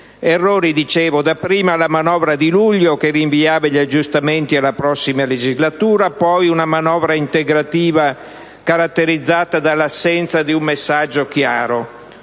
Errori, dicevo: dapprima la manovra di luglio, che rinviava gli aggiustamenti alla prossima legislatura, poi una manovra integrativa caratterizzata dall'assenza di un messaggio chiaro.